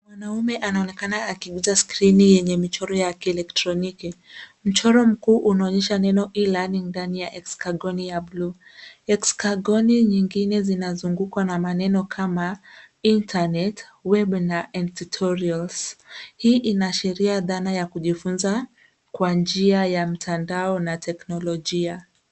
Mwanaume anaonekana akiguza skrini yenye michoro ya elekroniki. Mchoro mkuu unaonyesha neno e-learning ndani ya eksikagoni ya buluu. Eksikagoni nyingine zinangukwa na maneno kama internet , webinar na tutorials .Hii inaonyesha dhana ya kujifunza kwa njia ya mtandao na teknolojia.